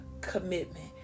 commitment